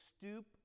stoop